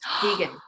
vegan